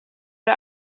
der